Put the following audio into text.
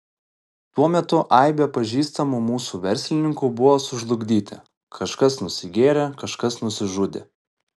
tuo metu aibė pažįstamų mūsų verslininkų buvo sužlugdyti kažkas nusigėrė kažkas nusižudė